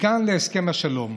מכאן להסכם השלום.